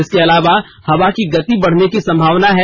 इसके अलावा हवा की गति बढ़ने की संभावना है